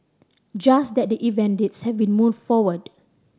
just that the event dates have been moved forward